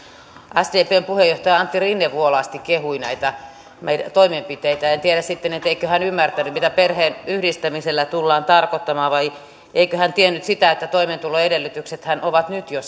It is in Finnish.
sdpn puheenjohtaja antti rinne vuolaasti kehui näitä meidän toimenpiteitämme en tiedä sitten eikö hän ymmärtänyt mitä perheenyhdistämisellä tullaan tarkoittamaan vai eikö hän tiennyt sitä että toimeentuloedellytyksethän ovat nyt jo